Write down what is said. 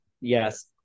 yes